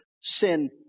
sin